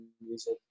music